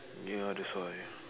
ya that's why